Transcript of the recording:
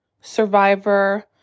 Survivor